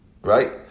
Right